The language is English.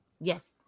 Yes